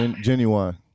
genuine